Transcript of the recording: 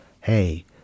hey